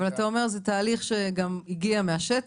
אוקיי, אבל אתה אומר שזה תהליך שגם הגיע מהשטח?